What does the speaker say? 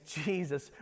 Jesus